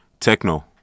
Techno